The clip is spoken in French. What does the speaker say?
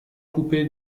coupé